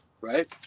Right